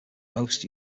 most